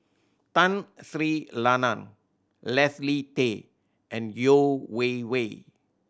Tun Sri Lanang Leslie Tay and Yeo Wei Wei